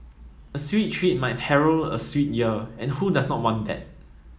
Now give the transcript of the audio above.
a sweet treat might herald a sweet year and who does not want that